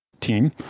team